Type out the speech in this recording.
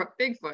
bigfoot